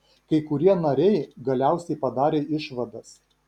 kai kurie nariai galiausiai padarė išvadas